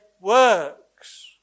works